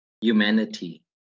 humanity